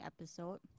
episode